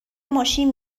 ماشین